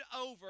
over